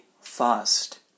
fast